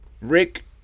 Rick